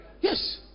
Yes